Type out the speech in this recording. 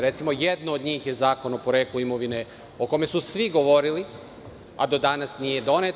Recimo, jedno od njih je zakon o poreklu imovine, o kome su svi govorili, a do danas nije donet.